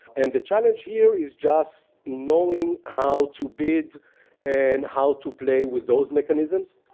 and the challenge here is just knowing how to bid and how to play with those mechanisms.